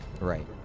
Right